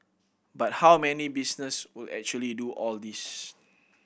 but how many business would actually do all this